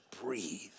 breathe